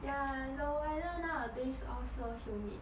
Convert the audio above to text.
ya the weather nowadays all so humid